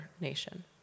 nation